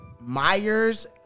Myers